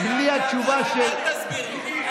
בלי התשובה של, אל תסביר לי.